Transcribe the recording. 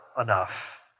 enough